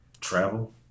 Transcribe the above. travel